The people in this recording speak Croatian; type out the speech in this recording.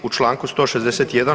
U Članku 161.